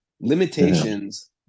limitations